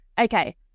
Okay